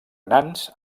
nans